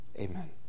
Amen